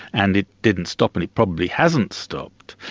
and it didn't stop, and it probably hasn't stopped.